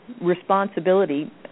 responsibility